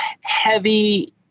heavy